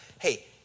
hey